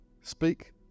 speak